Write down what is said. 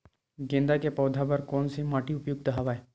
गेंदा के पौधा बर कोन से माटी उपयुक्त हवय?